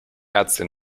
ärztin